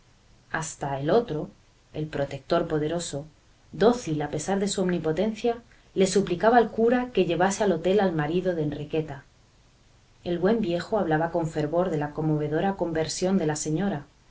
hasta el otro el protector poderoso dócil a pesar de su omnipotencia le suplicaba al cura que llevase al hotel al marido de enriqueta el buen viejo hablaba con fervor de la conmovedora conversión de la señora